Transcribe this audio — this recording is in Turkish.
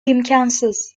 imkansız